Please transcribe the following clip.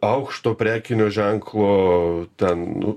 aukšto prekinio ženklo ten